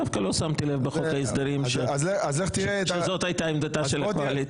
דווקא לא שמתי לב בחוק ההסדרים שזאת הייתה עמדתה של הקואליציה.